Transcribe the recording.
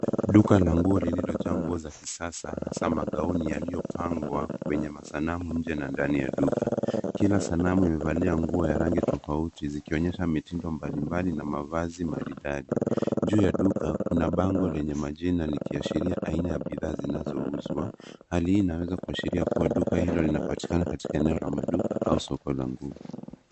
Duka la nguo lililojaa nguo za kisasa hasaa magauni yaliyopangwa kwenye masanamu nje na ndani ya duka. Kila sanamu imevalia nguo ya rangi tofauti zikionyesha mitindo mbalimbali na mavazi maridadi. Juu ya duka kuna bango lenye majina likiashiria aina ya bidhaa zinazouzwa. Hali hii inaweza kuashiria kuwa duka hilo linalopatikana katika eneo la maduka au soko la nguo.